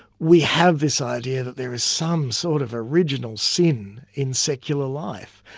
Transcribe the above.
we have this idea that there is some sort of original sin in secular life,